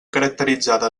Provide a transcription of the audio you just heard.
caracteritzada